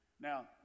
now